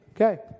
Okay